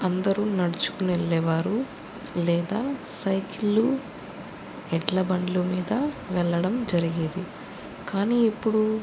అందరూ నడుచుకుని వెళ్ళేవారు లేదా సైకిళ్ళు ఎడ్లబండ్ల మీద వెళ్ళడం జరిగేది కానీ ఇప్పుడు